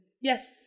Yes